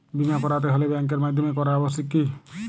বিমা করাতে হলে ব্যাঙ্কের মাধ্যমে করা আবশ্যিক কি?